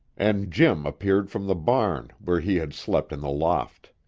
and jim appeared from the barn, where he had slept in the loft.